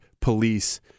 police